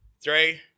Three